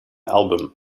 album